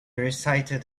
recited